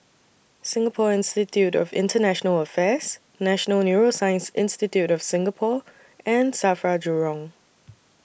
Singapore Institute of International Affairs National Neuroscience Institute of Singapore and SAFRA Jurong